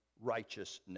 righteousness